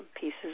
pieces